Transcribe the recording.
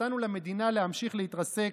שנתנו למדינה להמשיך להתרסק?